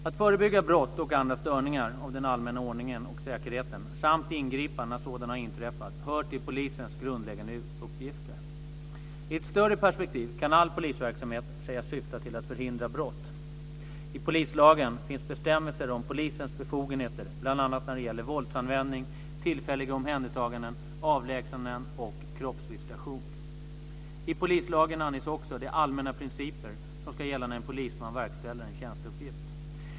Att förebygga brott och andra störningar av den allmänna ordningen och säkerheten samt ingripa när sådana har inträffat hör till polisens grundläggande uppgifter. I ett större perspektiv kan all polisverksamhet sägas syfta till att förhindra brott. I polislagen finns bestämmelser om polisens befogenheter bl.a. när det gäller våldsanvändning, tillfälliga omhändertaganden, avlägsnanden och kroppsvisitation. I polislagen anges också de allmänna principer som ska gälla när en polisman verkställer en tjänsteuppgift.